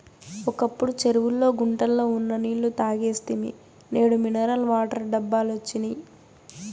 ఒకప్పుడు చెరువుల్లో గుంటల్లో ఉన్న నీళ్ళు తాగేస్తిమి నేడు మినరల్ వాటర్ డబ్బాలొచ్చినియ్